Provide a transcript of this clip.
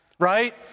Right